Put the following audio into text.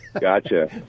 Gotcha